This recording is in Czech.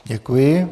Děkuji.